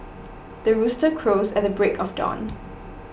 the rooster crows at the break of dawn